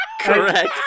Correct